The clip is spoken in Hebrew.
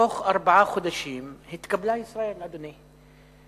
בתוך ארבעה חודשים התקבלה ישראל, אדוני.